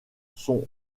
sont